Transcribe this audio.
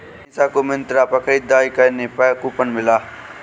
अमीषा को मिंत्रा पर खरीदारी करने पर कूपन मिला